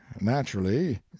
naturally